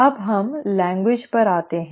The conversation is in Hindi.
अब हम भाषा पर आते हैं